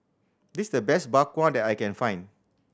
this the best Bak Kwa that I can find